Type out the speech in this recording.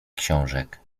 książek